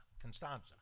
Constanza